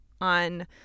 on